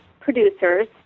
producers